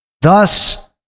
Thus